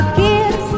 kiss